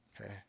Okay